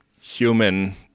human